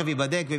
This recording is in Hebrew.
אם